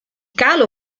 calo